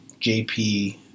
JP